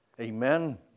Amen